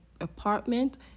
apartment